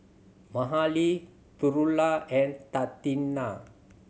Mahalie Trula and Tatiana